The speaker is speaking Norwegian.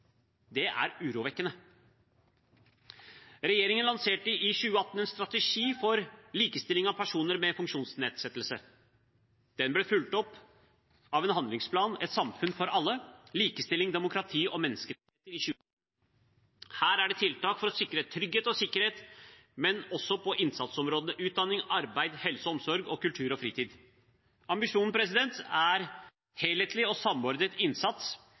Det er urovekkende. Regjeringen lanserte i 2018 en strategi for likestilling av personer med funksjonsnedsettelse. Den ble fulgt opp av en handlingsplan, Et samfunn for alle – Likestilling, demokrati og menneskerettigheter, i 2019. Her er det tiltak for å sikre trygghet og sikkerhet, men også på innsatsområdene utdanning, arbeid, helse- og omsorg og kultur og fritid. Ambisjonen er helhetlig og samordnet innsats